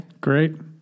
Great